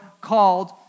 called